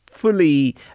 fully